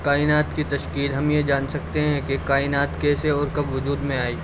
کائنات کی تشکیل ہم یہ جان سکتے ہیں کہ کائنات کیسے اور کب وجود میں آئی